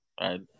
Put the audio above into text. Right